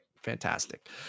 fantastic